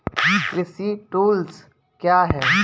कृषि टुल्स क्या हैं?